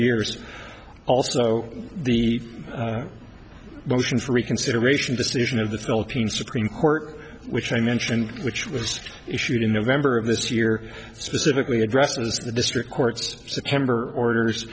years also the motion for reconsideration decision of the philippine supreme court which i mentioned which was issued in november of this year specifically addresses the district court's september orders